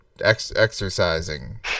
exercising